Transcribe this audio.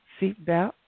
seatbelt